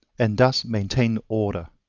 and thus maintain order.